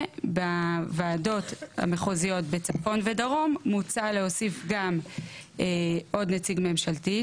בוועדות המחוזיות בצפון ודרום מוצע להוסיף גם עוד נציג ממשלתי,